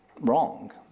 wrong